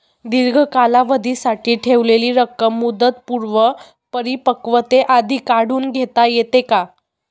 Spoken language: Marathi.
दीर्घ कालावधीसाठी ठेवलेली रक्कम मुदतपूर्व परिपक्वतेआधी काढून घेता येते का?